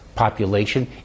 Population